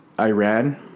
Iran